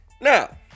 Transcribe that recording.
Now